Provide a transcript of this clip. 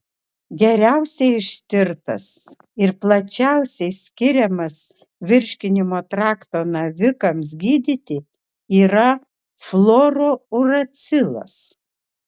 geriausiai ištirtas ir plačiausiai skiriamas virškinimo trakto navikams gydyti yra fluorouracilas